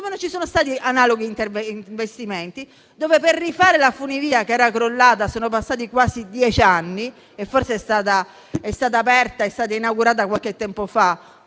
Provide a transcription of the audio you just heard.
non ci sono stati analoghi investimenti, dove per rifare la funivia che era crollata sono passati quasi dieci anni (forse è stata aperta ed inaugurata, ma fino a qualche tempo fa